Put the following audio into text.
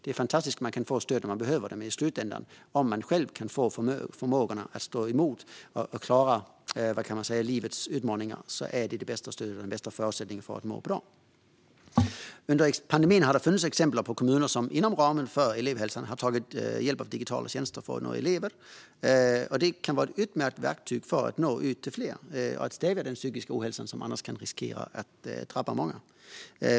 Det är fantastiskt om man kan få stöd när man behöver det, men det bästa stödet och den bästa förutsättningen för att må bra vore om man i slutändan själv kunde få förmågan att stå emot och klara av livets utmaningar. Under pandemin har det funnits exempel på kommuner som inom ramen för elevhälsan har tagit hjälp av digitala tjänster för att nå elever. Det kan vara ett utmärkt verktyg för att nå ut till fler och stävja den psykiska ohälsan som annars riskerar att drabba många.